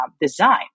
design